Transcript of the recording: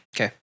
Okay